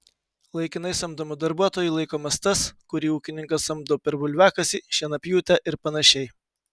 laikinai samdomu darbuotoju laikomas tas kurį ūkininkas samdo per bulviakasį šienapjūtę ir panašiai